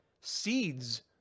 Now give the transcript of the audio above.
seeds